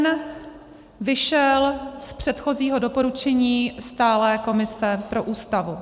Ten vyšel z předchozího doporučení stálé komise pro Ústavu.